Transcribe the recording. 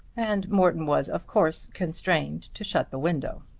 and morton was of course constrained to shut the window.